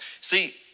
See